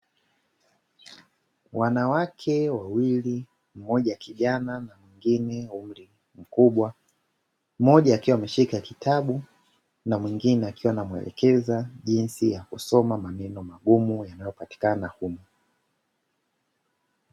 Wanawake wawili mmoja kijana na mwingine umri mkubwa, mmoja akiwa ameshika kitabu, na mwingine akiwa anamwelekeza jinsi ya kusoma maneno magumu yanayopatikana humo.